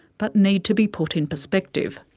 but need to be put in perspective.